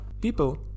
people